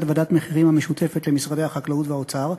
ועדת מחירים המשותפת למשרדי החקלאות והאוצר,